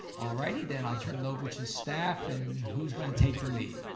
alrighty then, i'll turn it over to staff, and who's gonna take the lead?